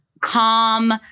calm